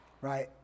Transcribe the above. Right